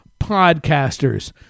podcasters